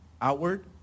outward